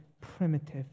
primitive